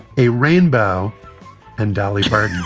a rainbow and dolly parton.